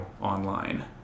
online